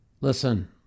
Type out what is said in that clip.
Listen